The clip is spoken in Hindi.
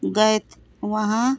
गए थे वहाँ